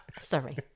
sorry